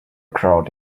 crowd